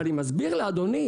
אז אני מסביר לאדוני.